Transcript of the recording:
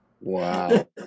Wow